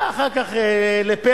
אחר כך לפרח,